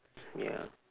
ya